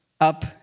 up